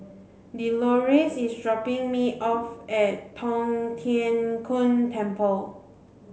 Delores is dropping me off at Tong Tien Kung Temple